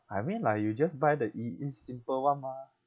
I mean like you just buy the i~ in simple [one] mah